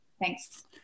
Thanks